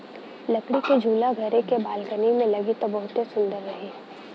लकड़ी के झूला घरे के बालकनी में लागी त बहुते सुंदर रही